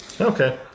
Okay